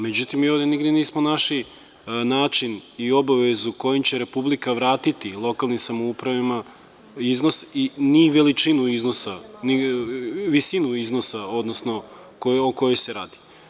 Međutim, mi ovde nigde nismo našli način i obavezu kojim će Republika vratiti lokalnim samoupravama iznos i ni veličinu iznosa, visinu iznosa, odnosno okojoj se radi.